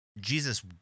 Jesus